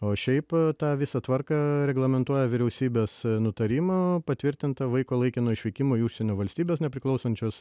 o šiaip tą visą tvarką reglamentuoja vyriausybės nutarimo patvirtinta vaiko laikino išvykimo į užsienio valstybes nepriklausančias